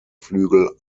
flügel